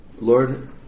Lord